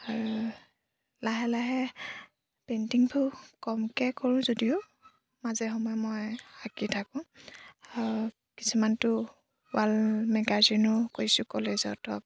আৰু লাহে লাহে পেইণ্টিংবোৰ কমকৈ কৰোঁ যদিও মাজে সময় মই আঁকি থাকোঁ কিছুমানটো ৱাল মেগাজিনো কৰিছোঁ কলেজত হওক